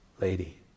lady